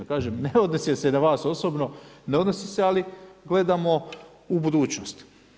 Kažem, ne odnosi se na vas osobno, ne odnosi se, ali gledamo u budućnost.